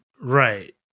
right